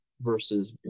versus